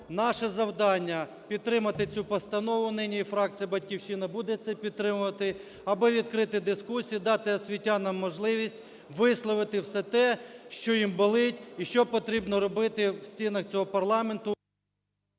наше завдання – підтримати цю постанову, нині і фракція "Батьківщина" буде це підтримувати, аби відкрити дискусію, дати освітянам можливість висловити все те, що їм болить і що потрібно робити в стінах цього парламенту…